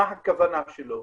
מה הכוונה שלו.